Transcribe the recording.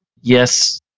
Yes